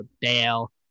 dale